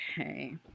Okay